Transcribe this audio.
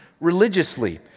religiously